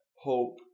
hope